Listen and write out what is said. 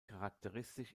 charakteristisch